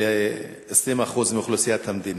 ל-20% מאוכלוסיית המדינה.